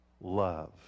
love